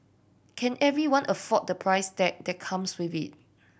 can everyone afford the price tag that comes with it